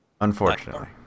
Unfortunately